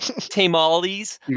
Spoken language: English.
Tamales